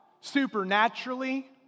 supernaturally